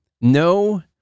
No